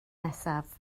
nesaf